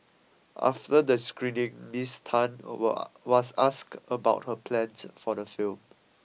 after the screening Miss Tan was asked about her plans for the film